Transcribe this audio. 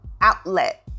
outlet